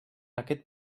aquest